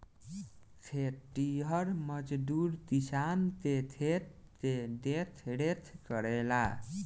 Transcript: खेतिहर मजदूर किसान के खेत के देखरेख करेला